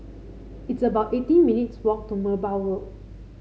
it's about eighteen minutes' walk to Merbau Road